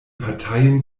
parteien